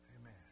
Amen